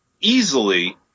easily